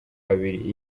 babiri